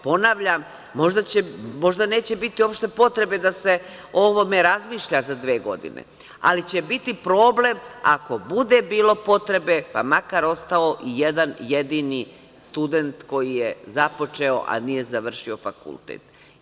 Ponavljam, možda neće biti uopšte potrebe da se o ovome razmišlja za dve godine, ali će biti problem ako bude bilo potrebe, pa makar ostao i jedan jedini student koji je započeo, a nije završio fakultet.